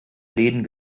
läden